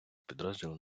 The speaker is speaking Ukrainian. підрозділ